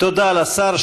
תודה לשר.